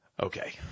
Okay